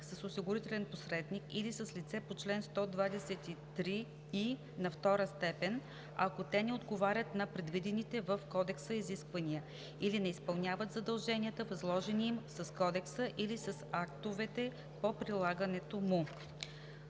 с осигурителен посредник или с лице по чл. 123и2, ако те не отговарят на предвидените в кодекса изисквания или не изпълняват задълженията, възложени им с кодекса или с актовете по прилагането му;“